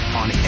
on